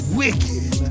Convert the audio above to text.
wicked